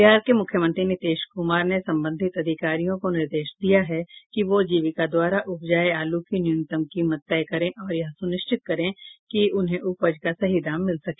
बिहार के मुख्यमंत्री नीतीश कुमार ने संबंधित अधिकारियों को निर्देश दिया है कि वो जीविका द्वारा उपजाये आलू की न्यूनतम कीमत तय करें और यह सुनिश्चित करें कि उन्हें उपज का सही दाम मिल सके